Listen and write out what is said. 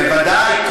בוודאי.